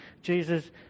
Jesus